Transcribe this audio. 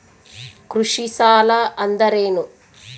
ಕೃಷಿ ಸಾಲ ಅಂದರೇನು?